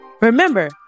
Remember